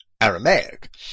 Aramaic